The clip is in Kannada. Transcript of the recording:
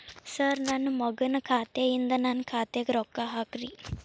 ಸರ್ ನನ್ನ ಮಗನ ಖಾತೆ ಯಿಂದ ನನ್ನ ಖಾತೆಗ ರೊಕ್ಕಾ ಹಾಕ್ರಿ